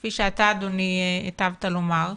כפי שאתה אדוני היטבת לומר,